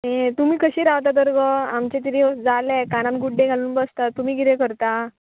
यें तुमी कशी रावता तर गो आमचे तरी जाले कानान गूड्डे घालून बसता तुमी किदें करता